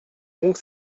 donc